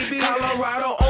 Colorado